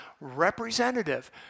representative